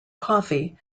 coffee